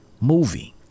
movie